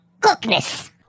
cookness